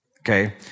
Okay